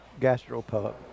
gastropub